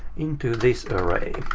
into this array.